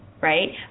right